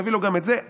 תביא לו גם את זה,